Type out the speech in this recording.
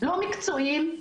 לא מקצועיים,